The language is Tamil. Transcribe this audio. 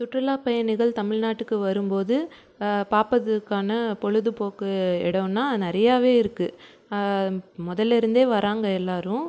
சுற்றுலாப்பயணிகள் தமிழ்நாட்டுக்கு வரும் போது பார்ப்பதற்கான பொழுதுபோக்கு இடம்னால் நிறையாவே இருக்குது மொதல்லிருந்தே வராங்க எல்லோரும்